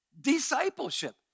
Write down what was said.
discipleship